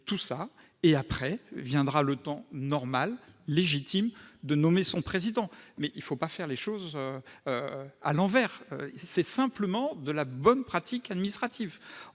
C'est ensuite que viendra le temps légitime de nommer son président, mais il ne faut pas faire les choses à l'envers. C'est simplement de la bonne pratique administrative